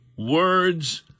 words